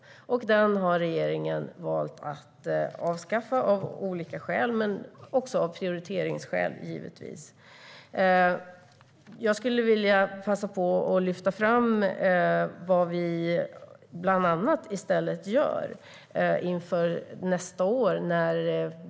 Denna avdragsmöjlighet har regeringen av olika skäl valt att avskaffa, givetvis även av prioriteringsskäl. Jag skulle vilja passa på att lyfta fram vad vi bland annat gör i stället inför nästa år.